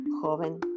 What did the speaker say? joven